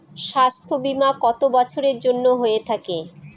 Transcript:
স্বাস্থ্যবীমা কত বছরের জন্য হয়ে থাকে?